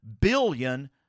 billion